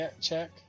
check